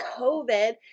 covid